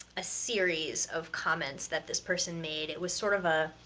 a series of comments that this person made. it was sort of a,